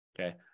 Okay